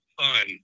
fun